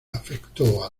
afectó